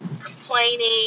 complaining